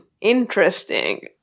Interesting